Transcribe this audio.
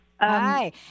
Hi